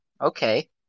Okay